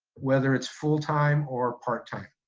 whether it's full time or part time.